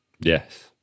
Yes